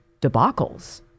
debacles